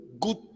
good